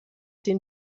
den